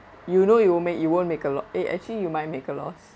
you know you won't make you won't make a lo~ eh actually you might make a loss